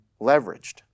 leveraged